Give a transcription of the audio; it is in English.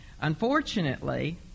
Unfortunately